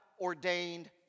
ordained